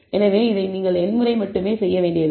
எனவே நீங்கள் இதை n முறை மட்டுமே செய்யவில்லை